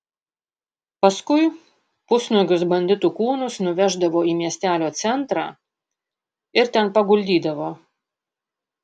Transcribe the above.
paskui pusnuogius banditų kūnus nuveždavo į miestelio centrą ir ten paguldydavo